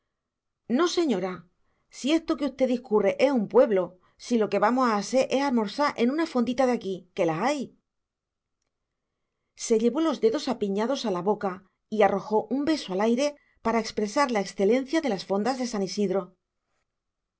no señora si eso que usted discurre es un pueblo si lo que vamos a haser es almorsá en una fondita de aquí que las hay se llevó los dedos apiñados a la boca y arrojó un beso al aire para expresar la excelencia de las fondas de san isidro